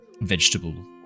vegetable